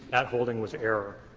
that holding was error.